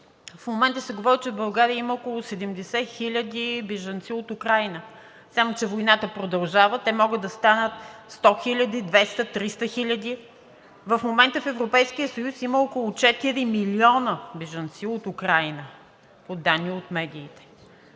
В момента се говори, че в България има около 70 хил. бежанци от Украйна, само че войната продължава, те могат да станат 100 хиляди, 200, 300 хиляди. В момента в Европейския съюз има около 4 милиона бежанци от Украйна по данни от медиите.